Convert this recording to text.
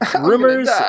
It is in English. Rumors